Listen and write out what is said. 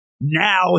now